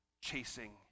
chasing